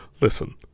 Listen